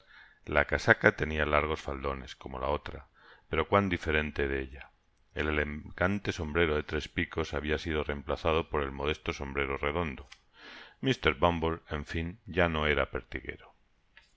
la casaca tenia largos faldones como la otra pero cuán diferente de ella el elegante sombrero de tres picos habia sido reemplazado por un modesto sombrero redondo mr bumble en fin no era ya pertiguero